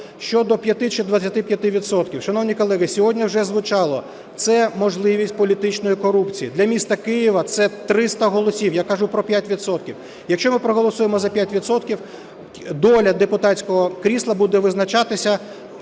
Щодо 5 чи 25 відсотків. Шановні колеги, сьогодні уже звучало, це можливість політичної корупції. Для міста Києва – це 300 голосів. Я кажу про 5 відсотків. Якщо ми проголосуємо за 5 відсотків, доля депутатського крісла буде визначатися